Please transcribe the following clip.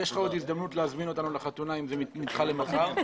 יש לך עוד הזדמנות להזמין אותנו לחתונה אם היא נדחתה למחר.